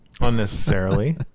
unnecessarily